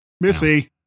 Missy